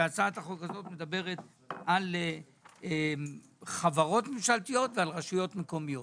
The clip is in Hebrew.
שמדברת על חברות ממשלתיות ועל רשויות מקומיות.